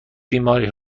بیماری